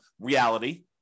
reality